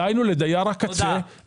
דהיינו לדייר הקצה,